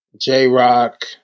J-Rock